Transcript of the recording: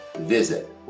visit